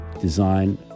design